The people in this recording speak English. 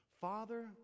Father